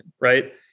right